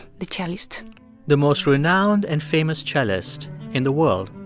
the cellist the most renowned and famous cellist in the world